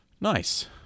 nice